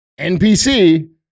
npc